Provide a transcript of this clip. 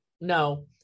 No